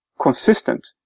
consistent